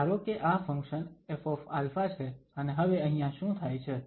ધારો કે આ ફંક્શન Fα છે અને હવે અહીંયા શું થાય છે